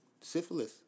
syphilis